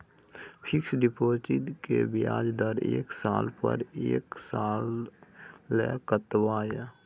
Fixed deposit के ब्याज दर एक लाख पर एक साल ल कतबा इ?